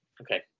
Okay